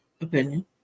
opinion